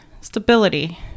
stability